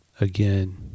Again